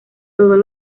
todos